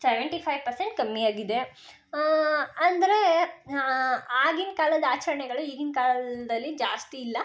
seventy five percent ಕಮ್ಮಿ ಆಗಿದೆ ಅಂದರೆ ಆಗಿನ ಕಾಲದ ಆಚರಣೆಗಳು ಈಗಿನ ಕಾಲದಲ್ಲಿ ಜಾಸ್ತಿ ಇಲ್ಲ